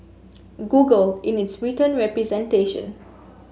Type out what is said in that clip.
Google in its written representation